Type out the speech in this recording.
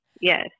Yes